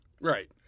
right